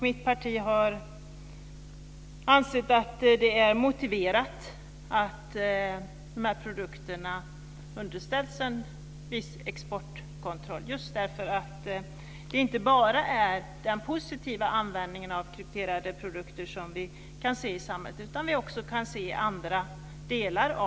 Mitt parti har ansett att det är motiverat att dessa produkter underställs en viss exportkontroll, just därför att det inte bara är den positiva användningen av krypterade produkter som vi kan se i samhället utan också andra delar.